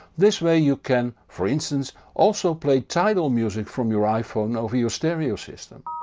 this way you can, for instance, also play tidal music from your iphone over your stereo system.